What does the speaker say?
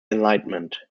enlightenment